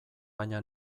baina